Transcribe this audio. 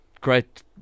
great